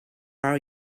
are